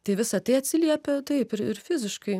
tai visa tai atsiliepia taip ir ir fiziškai